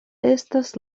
estas